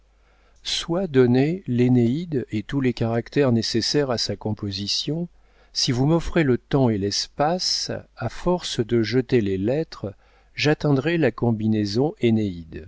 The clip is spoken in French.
soient donnés l'énéide et tous les caractères nécessaires à sa composition si vous m'offrez le temps et l'espace à force de jeter les lettres j'atteindrai la combinaison